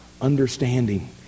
understanding